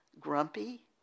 Grumpy